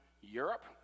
Europe